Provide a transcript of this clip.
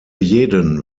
jeden